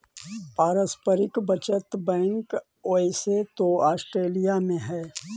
पारस्परिक बचत बैंक ओइसे तो ऑस्ट्रेलिया में हइ